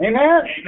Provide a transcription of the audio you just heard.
Amen